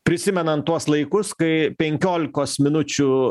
prisimenant tuos laikus kai penkiolikos minučių